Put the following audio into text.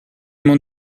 m’ont